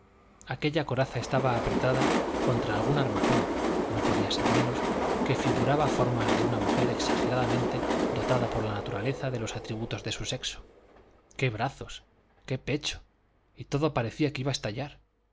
aquella coraza estaba apretada contra algún armazón no podía ser menos que figuraba formas de una mujer exageradamente dotada por la naturaleza de los atributos de su sexo qué brazos qué pecho y todo parecía que iba a estallar